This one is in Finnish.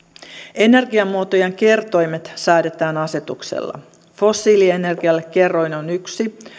energiamuotojen kertoimet säädetään asetuksella fossiilienergialle kerroin on yksi